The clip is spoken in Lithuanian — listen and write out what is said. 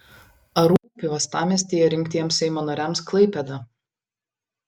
ar rūpi uostamiestyje rinktiems seimo nariams klaipėda